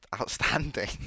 outstanding